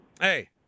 Hey